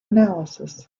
analysis